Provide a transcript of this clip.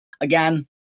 Again